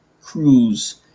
cruise